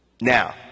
Now